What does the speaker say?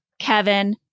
Kevin